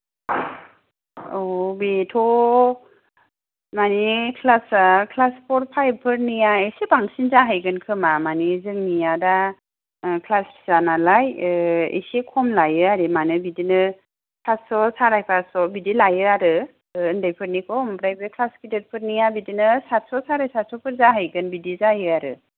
औ बेथ' मानि क्लासा क्लास फ'र फाइभफोरनिआ एसे बांसिन जाहैगोन खोमा मानि जोंनिआ दा क्लास फिसा नालाय एसे खम लायो आरो मानो बिदिनो पासस' साराय पासस' बिदि लायो आरो उन्दै फोरनिखौ आमफ्राय बे क्लास गिदिर फोरनिआ बिदिनो सातस' साराय सातस'फोर जाहैगोन बिदि जायो आरो